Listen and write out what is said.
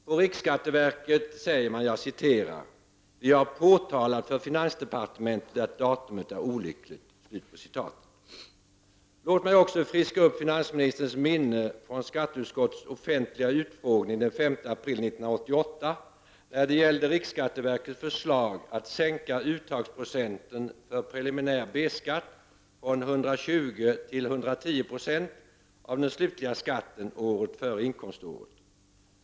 På riksskatteverket säger man: ”Vi har påtalat för finansdepartementet att datumet är olyckligt.” Låt mig också friska upp finansministerns minne från skatteutskottets offentliga utfrågning den 5 april 1988 angående riksskatteverkets förslag att sänka uttagsprocenten för preliminär B-skatt från 120 till 110 96 av den slutliga skatten året före inkomståret.